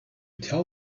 tell